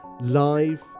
live